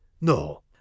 No